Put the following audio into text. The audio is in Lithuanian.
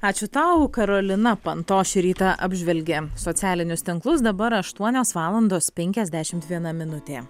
ačiū tau karolina panto šį rytą apžvelgė socialinius tinklus dabar aštuonios valandos penkiasdešimt viena minutė